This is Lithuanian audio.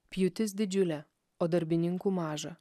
pjūtis didžiulė o darbininkų maža